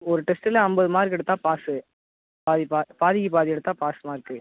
ஒரு டெஸ்ட்டில் ஐம்பது மார்க்கெடுத்தால் பாஸ்ஸு பாதி பா பாதிக்கு பாதி எடுத்தால் பாஸ் மார்க்கு